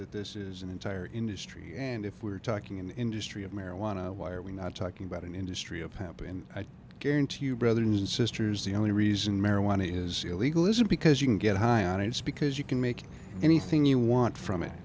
that this is an entire industry and if we're talking an industry of marijuana why are we not talking about an industry of happened i guarantee you brothers and sisters the only reason marijuana is illegal isn't because you can get high on it it's because you can make anything you want from it